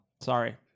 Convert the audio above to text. Sorry